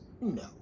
No